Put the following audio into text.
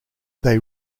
they